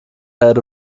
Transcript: head